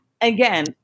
again